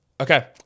Okay